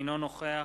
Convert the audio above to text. אינו נוכח